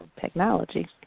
technology